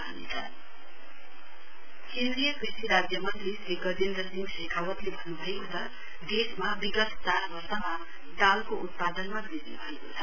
union minister केन्द्रीय कृषि राज्य मन्त्री श्री गजेन्द्र सिह शेखावतले भन्न् भएको छ देशमा विगत चार वर्षमा दालको उत्पादनमा बृद्धि भएको छ